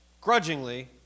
grudgingly